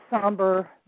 somber